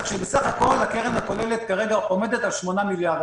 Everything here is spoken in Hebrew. כך שבסך הכול הקרן הכוללת כרגע עומדת על 8 מיליארד.